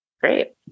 Great